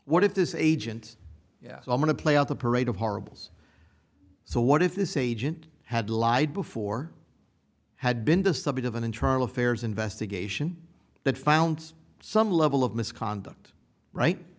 what if this agent yes i'm going to play out the parade of horribles so what if this agent had lied before had been the subject of an internal affairs investigation that found some level of misconduct right